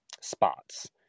spots